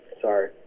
Sorry